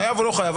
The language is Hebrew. חייב או לא חייב,